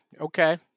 okay